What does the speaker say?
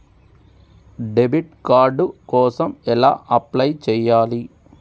Debit card కోసం ఎలా apply చేయాలి?